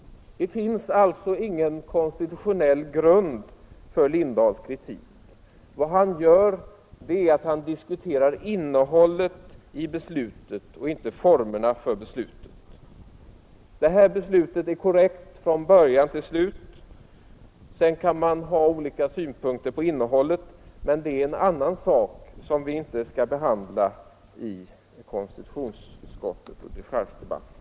Det finns alltså ingen konstitutionell grund för herr Lindahls kritik. Han diskuterar innehållet i beslutet, inte formerna för det. Detta beslut är dock korrekt i alla avseenden. Sedan kan man ha olika synpunkter på innehållet, men det är en annan sak som vi inte skall behandla i konstitutionsutskottet och i dechargedebatten.